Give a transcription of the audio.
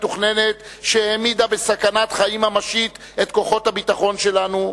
מתוכננת שהעמידה בסכנת חיים ממשית את כוחות הביטחון שלנו,